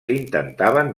intentaven